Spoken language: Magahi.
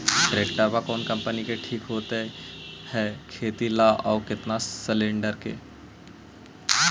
ट्रैक्टर कोन कम्पनी के ठीक होब है खेती ल औ केतना सलेणडर के?